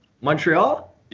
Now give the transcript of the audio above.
montreal